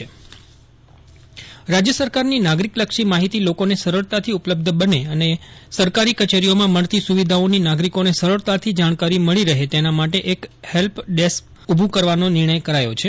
અશરફ નથવાણી રાજ્ય સરકાર help desk રાજ્ય સરકારની નાગરિક લક્ષી માહિતી લોકોને સરળતાથી ઉપલબ્ધ બને અને સરકારી કચેરીઓમાં મળતી સુવિધાઓની નાગરિકોને સરળતાથી જાષ્ટાકારી મળી રહે તેના માટે એક હેલ્ક ડેસ્પ ઊભું કરવાનો નિર્ષ્ઠય કરાયો છે